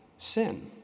sin